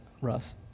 Russ